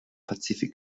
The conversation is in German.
pazifik